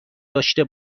داشته